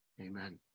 Amen